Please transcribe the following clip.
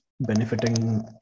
benefiting